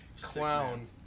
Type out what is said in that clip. clown